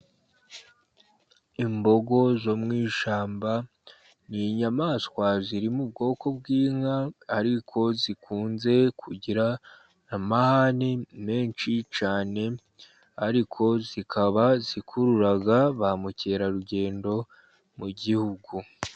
Imbogo zo mu ishyamba ni inyamaswa ziri mu bwoko bw'inka ,ariko zikunze kugira amahane menshi cyane, ariko zikaba zikurura ba mukerarugendo mu gihugu.